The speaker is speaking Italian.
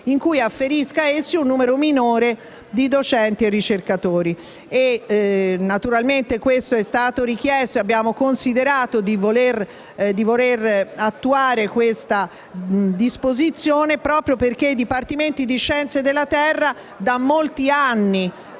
in cui afferisca ad essi un numero minore di docenti e ricercatori. Questa è stata la richiesta e abbiamo considerato di voler attuare questa disposizione proprio perché i dipartimenti di scienza della terra da molti anni